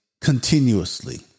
continuously